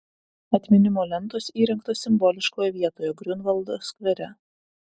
atminimo lentos įrengtos simboliškoje vietoje griunvaldo skvere